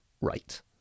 right